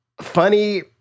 funny